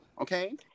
okay